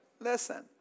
Listen